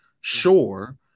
sure